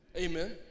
Amen